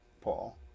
Paul